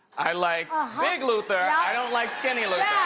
i like ah big luther, i don't like skinny luther.